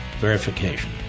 verification